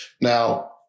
Now